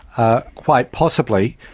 ah quite possibly.